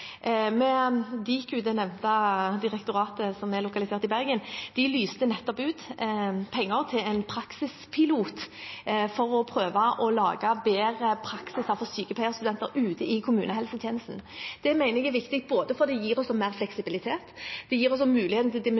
nevnte direktoratet som er lokalisert i Bergen – lyste nettopp ut penger til en praksispilot for å prøve å lage bedre praksis for sykepleierstudenter ute i kommunehelsetjenesten. Det mener jeg er viktig fordi det gir oss mer fleksibilitet. Det gir oss også mulighet til å